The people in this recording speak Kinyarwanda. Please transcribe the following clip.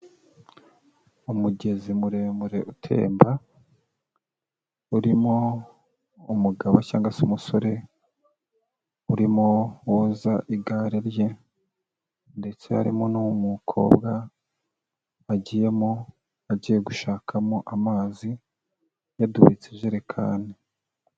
Umugezi muremure utemba, urimo umugabo cyangwa se umusore, urimo woza igare rye ndetse harimo n'umukobwa, wagiyemo agiye gushakamo amazi, yadubitse ijerekani.